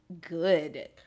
good